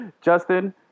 Justin